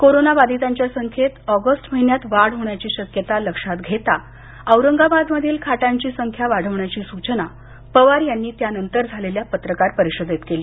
कोरोनाबाधितांच्या संख्येत ऑगस्ट महिन्यात वाढ होण्याची शक्यता लक्षात घेता औरंगाबादमधील खाटांची संख्या वाढवण्याची सूचना पवार यांनी त्यानंतर झालेल्या पत्रकार परिषदेत केली